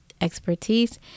expertise